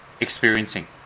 experiencing